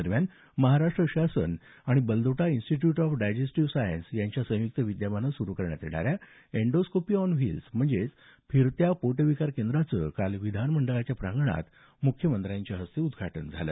दरम्यान महाराष्ट्र शासन आणि Baldota institute of digestive science यांच्या संयुक्त विद्यमानं सुरू करण्यात येणाऱ्या एन्डोस्कोपी ऑन व्हिल्स म्हणजेच फिरत्या पोटविकार केंद्राचं काल विधानमंडळाच्या प्रांगणात मुख्यमंत्र्यांच्या हस्ते उद्घाटन झालं